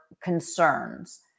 concerns